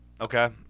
Okay